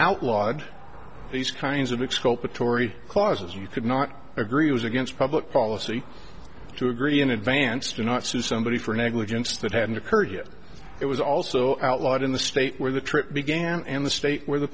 outlawed these kinds of exposure to tory clauses you could not agree it was against public policy to agree in advance to not sue somebody for negligence that hadn't occurred yet it was also outlawed in the state where the trip began and the state where the